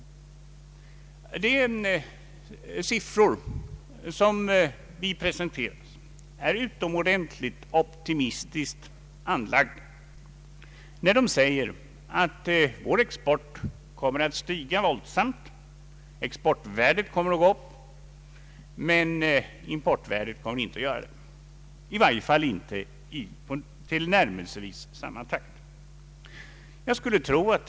De siffror som presenteras är utom ordentligt optimistiska, när man säger att vår export kommer att stiga våldsamt — exportvärdet kommer att gå upp, men importvärdet kommer inte att göra det, i varje fall inte tillnärmelsevis i samma takt.